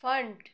fund